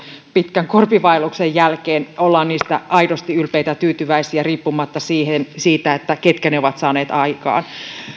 pitkän korpivaelluksen jälkeen ollaan niistä aidosti ylpeitä ja tyytyväisiä riippumatta siitä ketkä ne ovat saaneet aikaan